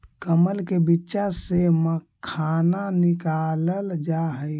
कमल के बीच्चा से मखाना निकालल जा हई